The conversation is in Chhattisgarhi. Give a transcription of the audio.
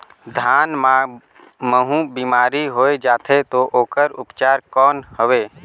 धान मां महू बीमारी होय जाथे तो ओकर उपचार कौन हवे?